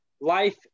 life